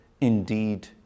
indeed